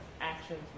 actions